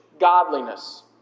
godliness